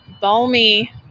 balmy